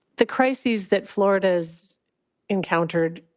the crises that florida's encountered,